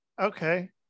okay